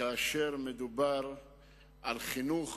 כאשר מדובר על חינוך